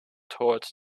towards